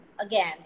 again